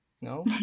No